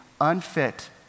unfit